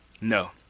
no